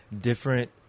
different